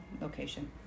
location